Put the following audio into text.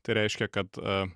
tai reiškia kad